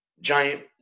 giant